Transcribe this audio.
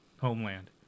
homeland